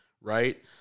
right